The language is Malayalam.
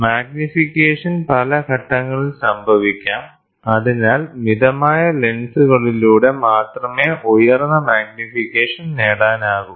മാഗ്നിഫിക്കേഷൻ പല ഘട്ടങ്ങളിൽ സംഭവിക്കാം അതിനാൽ മിതമായ ലെൻസുകളിലൂടെ മാത്രമേ ഉയർന്ന മാഗ്നിഫിക്കേഷൻ നേടാനാകൂ